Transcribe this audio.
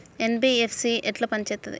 NBFC ఎట్ల పని చేత్తది?